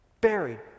buried